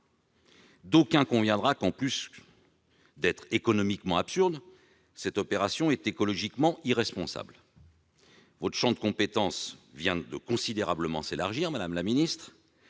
! On conviendra qu'en plus d'être économiquement absurde, cette situation est écologiquement irresponsable. Votre champ de compétence vient de s'élargir considérablement, madame la ministre.